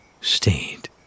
stayed